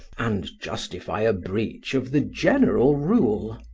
and justify a breach of the general rule.